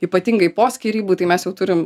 ypatingai po skyrybų tai mes jau turim